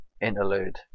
interlude